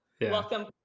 welcome